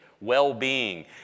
well-being